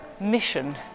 mission